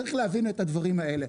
צריך להבין את הדברים האלה.